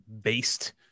based